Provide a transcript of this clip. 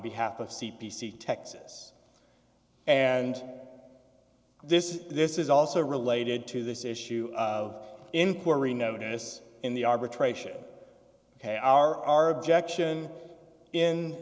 behalf of c p c texas and this is this is also related to this issue of inquiry notice in the arbitration ok r r objection in